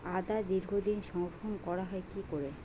আদা দীর্ঘদিন সংরক্ষণ করা হয় কি করে?